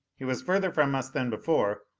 he was further from us than before,